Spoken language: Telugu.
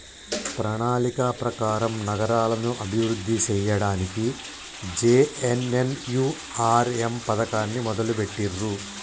ప్రణాళిక ప్రకారం నగరాలను అభివృద్ధి సేయ్యడానికి జే.ఎన్.ఎన్.యు.ఆర్.ఎమ్ పథకాన్ని మొదలుబెట్టిర్రు